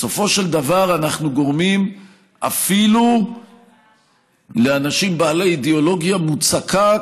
בסופו של דבר אנחנו גורמים אפילו לאנשים בעלי אידיאולוגיה מוצקה,